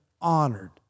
honored